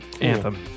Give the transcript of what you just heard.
Anthem